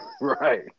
right